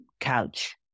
couch